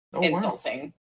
insulting